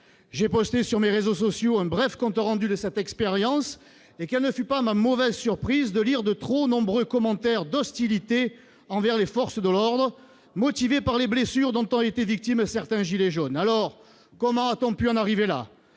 J'ai posté sur mes réseaux sociaux un bref compte rendu de cette expérience. Quelle ne fut pas ma mauvaise surprise de lire de trop nombreux commentaires d'hostilité envers les forces de l'ordre, motivés par les blessures dont ont été victimes certains « gilets jaunes ». Comment a-t-on pu en arriver là ?